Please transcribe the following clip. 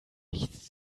nichts